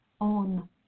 on